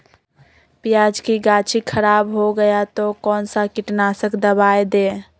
प्याज की गाछी खराब हो गया तो कौन सा कीटनाशक दवाएं दे?